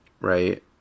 right